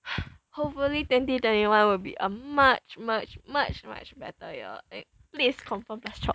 hopefully twenty twenty one will be a much much much much better year please confirm plus chop